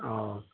اور